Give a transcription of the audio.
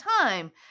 time